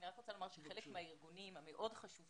אני רק רוצה לומר שחלק מהארגונים המאוד חשובים